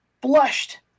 blushed